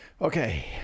okay